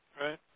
right